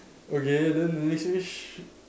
okay then the next wish